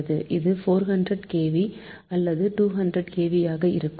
இது 400 kV அல்லது 220 kv ஆக இருக்கும்